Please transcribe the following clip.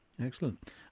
Excellent